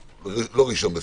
לא 1 בספטמבר,